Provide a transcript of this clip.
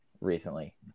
recently